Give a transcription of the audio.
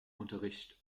unterricht